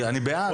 אני בעד.